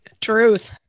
truth